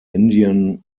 indian